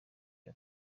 iyo